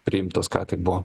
priimtas ką tik buvo